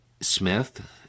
Smith